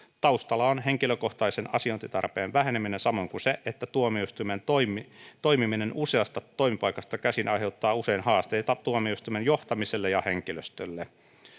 taustalla on henkilökohtaisen asiointitarpeen väheneminen samoin kuin se että tuomioistuimen toimiminen useasta toimipaikasta käsin aiheuttaa usein haasteita tuomioistuimen johtamiselle ja henkilöstölle